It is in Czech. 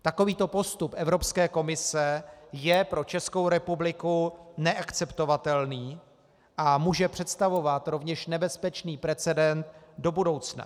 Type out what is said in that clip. Takovýto postup Evropské komise je pro Českou republiku neakceptovatelný a může představovat rovněž nebezpečný precedent do budoucna.